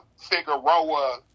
Figueroa